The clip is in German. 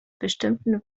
bestimmten